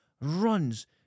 runs